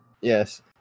Yes